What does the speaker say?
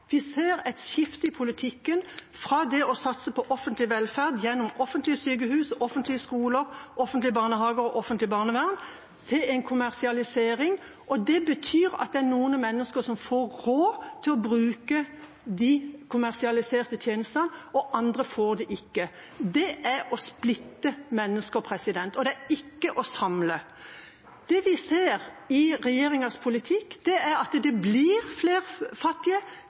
vi har. Vi ser et skifte i politikken fra det å satse på offentlig velferd gjennom offentlige sykehus, offentlige skoler, offentlige barnehager og offentlig barnevern til en kommersialisering. Det betyr at det er noen mennesker som får råd til å bruke de kommersialiserte tjenestene, mens andre ikke får det. Det er å splitte mennesker. Det er ikke å samle. Det vi ser i regjeringas politikk, er at det blir flere fattige.